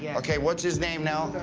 yeah ok, what's his name now?